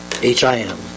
H-I-M